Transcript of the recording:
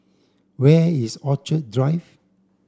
where is Orchid Drive